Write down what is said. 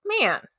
man